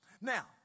Now